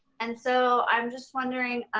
and so i'm just wondering,